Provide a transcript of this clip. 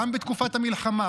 גם בתקופת המלחמה,